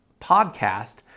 podcast